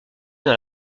dans